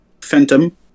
Phantom